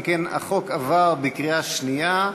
אם כן, החוק עבר בקריאה שנייה.